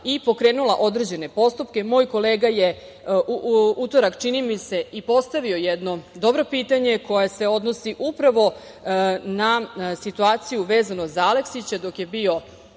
i pokrenula određene postupke. Moj kolega je u utorak, čini mi se, i postavio jedno dobro pitanje, koje se odnosi upravo na situaciju vezano za Aleksića dok je bio